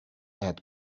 had